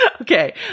Okay